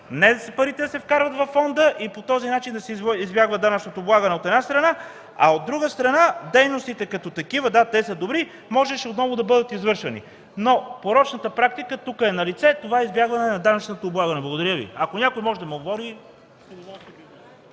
а не парите да се вкарват във фонда и по този начин да се избягва данъчното облагане, от една страна; а от друга страна дейностите като такива – да, те са добри, можеше отново да бъдат извършвани. Порочната практика обаче тук е налице – избягването на данъчното облагане. Ако някой може да ме обори,